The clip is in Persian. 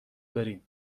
بریم